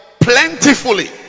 plentifully